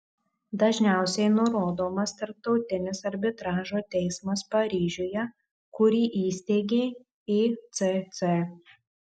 dažniausiai nurodomas tarptautinis arbitražo teismas paryžiuje kurį įsteigė icc